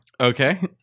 Okay